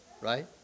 Right